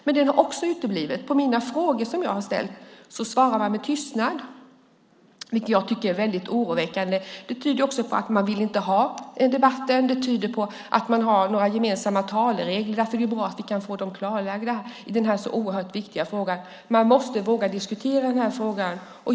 Men den har uteblivit. På mina frågor svarar man med tystnad, vilket jag tycker är väldigt oroväckande. Det tyder på att man inte vill ha en debatt. Det tyder på att man har några gemensamma talarregler. Därför är det bra att vi får dem klarlagda i den här så oerhört viktiga frågan. Man måste våga diskutera den här frågan.